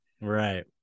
Right